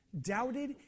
doubted